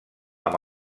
amb